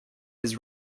his